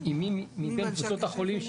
עם מי מבין קבוצות החולים.